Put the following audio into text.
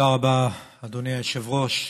תודה רבה, אדוני היושב-ראש.